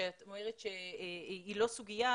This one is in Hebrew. שאת אומרת שהיא לא סוגיה,